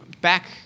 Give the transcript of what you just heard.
back